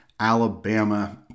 Alabama